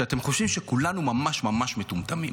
שאתם חושבים שכולנו ממש ממש מטומטמים.